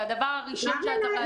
זה הדבר הראשון שהיה צריך לעדכן אותה.